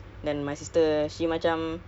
oh